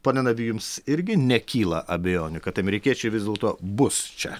pone navy jums irgi nekyla abejonių kad amerikiečiai vis dėlto bus čia